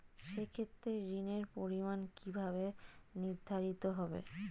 সে ক্ষেত্রে ঋণের পরিমাণ কিভাবে নির্ধারিত হবে?